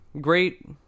great